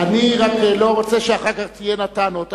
אני רק לא רוצה שאחר כך תהיינה טענות.